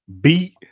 beat